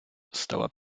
stała